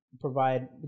provide